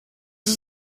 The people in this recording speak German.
ist